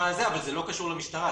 אבל זה לא קשור למשטרה,